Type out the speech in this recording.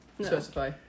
Specify